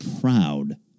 proud